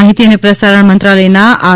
માહિતી અને પ્રસારણ મંત્રાલયના આર